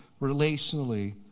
relationally